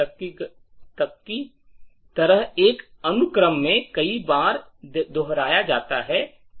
तक की तरह एक अनुक्रम में कई बार दोहराया जाता है गणना की जाती है